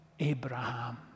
Abraham